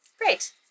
Great